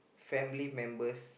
family members